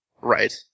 Right